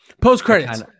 Post-credits